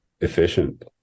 efficient